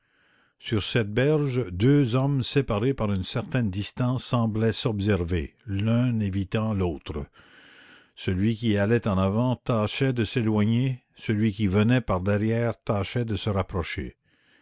sur cette berge deux hommes séparés par une certaine distance semblaient s'observer l'un évitant l'autre celui qui allait en avant tâchait de s'éloigner celui qui venait par derrière tâchait de se rapprocher